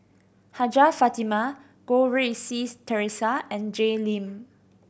Hajjah Fatimah Goh Rui Si Theresa and Jay Lim